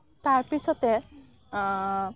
তাৰপিছতে